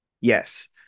yes